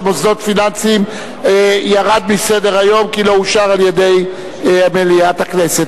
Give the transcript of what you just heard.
מוסדות פיננסיים ירדה מסדר-היום כי לא אושרה על-ידי מליאת הכנסת.